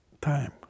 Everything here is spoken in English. Time